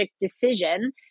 decision